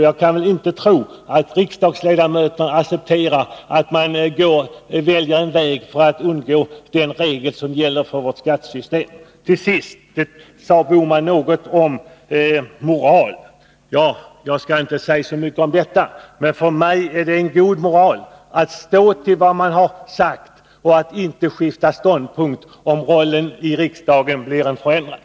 Jag kaniinte tro att riksdagsledamöterna accepterar att man väljer en väg som innebär att man kringgår en regel som gäller för vårt skattesystem. Till sist: Gösta Bohman sade också någonting om moral. Jag skall inte säga så mycket om detta, men för mig är det en god moral att stå för vad man har sagt och att inte skifta ståndpunkt, om ens roll i riksdagen förändras.